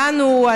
שלנו,